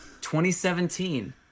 2017